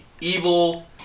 evil